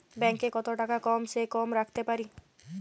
Bank এ কত টাকা কম সে কম রাখতে পারি?